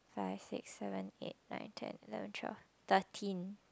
five six seven eight nine ten eleven twelve thirteen